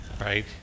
right